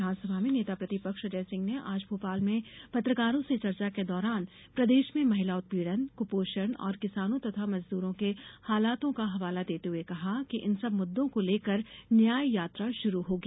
विधानसभा में नेता प्रतिपक्ष अजय सिंह ने आज भोपाल में पत्रकारों से चर्चा के दौरान प्रदेश में महिला उत्पीड़न कुपोषण और किसानों तथा मजदूरों के हालातों का हवाला देते हुए कहा कि इन सब मुद्दों को लेकर न्याययात्रा शुरू होगी